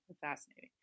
fascinating